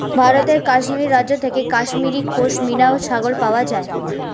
ভারতের কাশ্মীর রাজ্য থেকে কাশ্মীরি পশমিনা ছাগল পাওয়া যায়